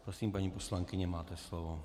Prosím, paní poslankyně, máte slovo.